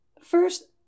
First